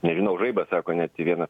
nežinau žaibas sako net į vieną